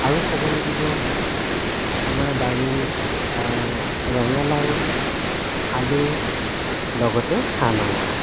আৰু ক'ব লাগিব আমাৰ বাৰীৰ ৰঙালাও আলু লগতে হাঁহ মাংস